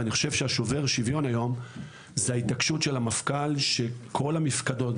אני חושב שמה ששובר את השוויון היום זה ההתעקשות של המפכ"ל שכל המפקדות,